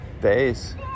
days